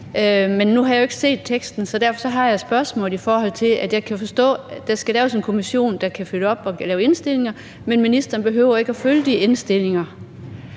Men nu har jeg jo ikke set teksten, og jeg kan forstå, at der skal laves en kommission, der kan følge op og lave indstillinger, men at ministeren ikke behøver at følge de indstillinger,